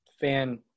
fan